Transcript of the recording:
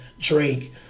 Drake